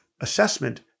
assessment